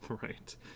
Right